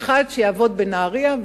אחד שיעבוד בנהרייה,